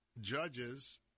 judges